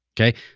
Okay